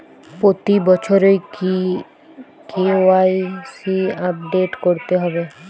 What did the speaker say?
প্রতি বছরই কি কে.ওয়াই.সি আপডেট করতে হবে?